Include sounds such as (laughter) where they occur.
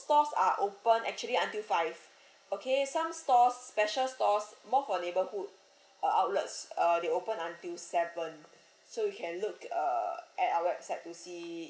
stores are open actually until five (breath) okay some stores special stores more for neighbourhood uh outlets uh they open until seven so you can look uh at our website to see